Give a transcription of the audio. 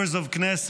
Members of Knesset,